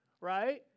right